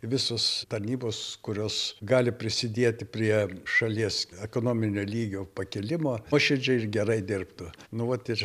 visos tarnybos kurios gali prisidėti prie šalies ekonominio lygio pakilimo nuoširdžiai ir gerai dirbtų nu vat ir